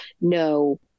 no